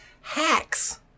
hacks